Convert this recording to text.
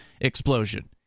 explosion